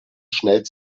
schnell